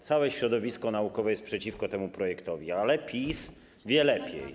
Całe środowisko naukowe jest przeciwko temu projektowi, ale PiS wie lepiej.